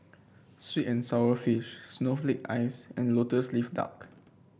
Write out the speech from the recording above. sweet and sour fish Snowflake Ice and lotus leaf duck